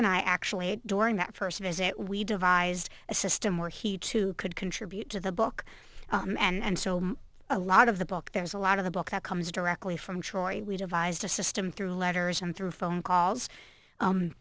and i actually during that first visit we devised a system where he too could contribute to the book and so a lot of the book there's a lot of the book that comes directly from troy we devised a system through letters and through phone calls